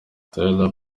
tyler